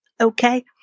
okay